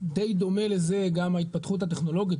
די דומה לזה גם ההתפתחות הטכנולוגית,